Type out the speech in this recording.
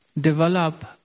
develop